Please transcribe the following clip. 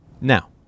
Now